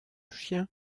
chien